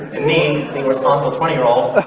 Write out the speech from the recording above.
me, the responsible twenty year old,